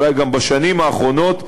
אולי גם בשנים האחרונות,